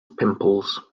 pimples